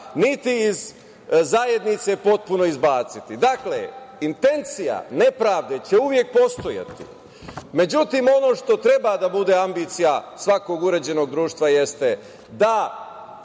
niti iz zajednice, potpuno izbaciti. Dakle, intencija nepravde će uvek postojati.Međutim, ovo što treba da bude ambicija svakog uređenog društva jeste da